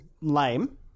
lame